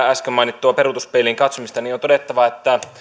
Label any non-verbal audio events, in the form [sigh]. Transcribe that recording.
[unintelligible] äsken mainittua peruutuspeiliin katsomista on todettava että